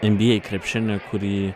nba krepšinį kurį